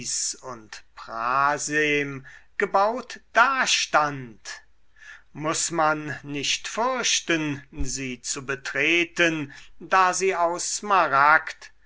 und prasem gebaut dastand muß man nicht fürchten sie zu betreten da sie aus smaragd